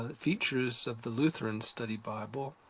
ah features of the lutheran study bible,